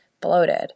bloated